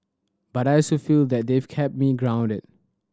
but I so feel that they've kept me grounded